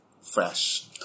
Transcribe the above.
Fresh